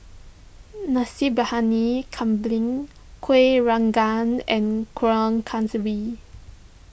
Nasi Briyani Kambing Kuih Rengas and Kuih Kaswi